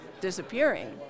disappearing